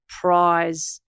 prize